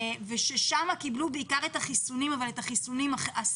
ושם קיבלו בעיקר את החיסונים הסיניים,